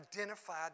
identified